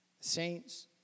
saints